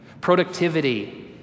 productivity